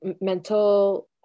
mental